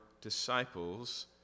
disciples